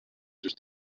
just